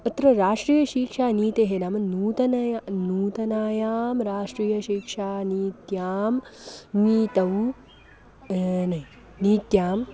अत्र राष्ट्रियशिक्षानीतेः नाम नूतनया नूतनायां राष्ट्रियशिक्षानीत्यां नीत्यां न नीत्यां